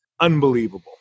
unbelievable